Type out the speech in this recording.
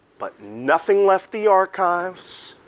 but nothing left the archives.